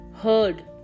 heard